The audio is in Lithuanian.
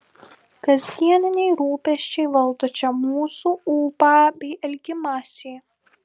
kasdieniniai rūpesčiai valdo čia mūsų ūpą bei elgimąsi